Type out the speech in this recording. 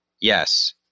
yes